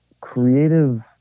creative